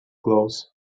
close